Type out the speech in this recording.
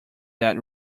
that